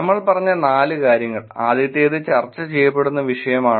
നമ്മൾ പറഞ്ഞ നാല് കാര്യങ്ങൾ ആദ്യത്തേത് ചർച്ച ചെയ്യപ്പെടുന്ന വിഷയമാണ്